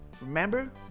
remember